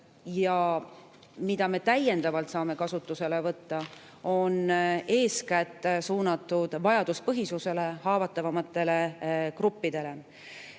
ja mida me täiendavalt saame kasutusele võtta, on eeskätt suunatud vajaduspõhiselt haavatavamatele gruppidele.